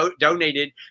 donated